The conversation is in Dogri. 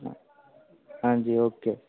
हां जी ओके